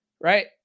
right